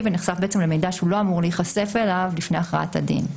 ונחשף למידע שהוא לא אמור להיחשף אליו לפני הכרעת הדין.